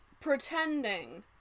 pretending